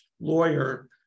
lawyer